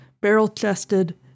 barrel-chested